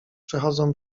przechodzą